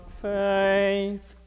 faith